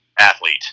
athlete